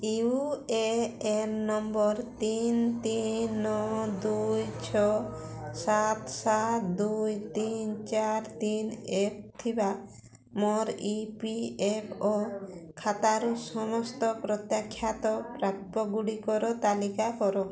you A N number ତିନି ତିନି ନଅ ଦୁଇ ଛଅ ସାତ ସାତ ଦୁଇ ତିନି ଚାରି ତିନି ଏକ ଥିବା ମୋର ଇ ପି ଏଫ୍ ଓ ଖାତାରୁ ସମସ୍ତ ପ୍ରତ୍ୟାଖ୍ୟାତ ପ୍ରାପ୍ୟଗୁଡ଼ିକର ତାଲିକା କର